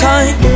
Time